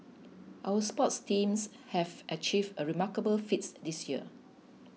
our sports teams have achieved remarkable feats this year